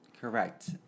correct